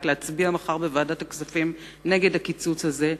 להצביע מחר בוועדת הכספים נגד הקיצוץ הזה.